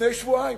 מלפני שבועיים,